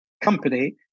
company